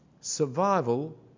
Survival